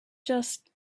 just